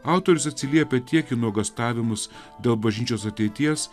autorius atsiliepia tiek nuogąstavimus dėl bažnyčios ateities